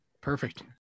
Perfect